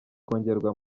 kongerwa